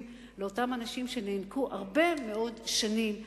לאותם אנשים שנאנקו הרבה מאוד שנים,